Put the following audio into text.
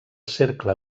cercle